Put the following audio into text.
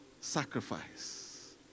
sacrifice